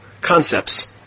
concepts